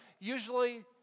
Usually